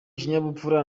kinyabupfura